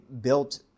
built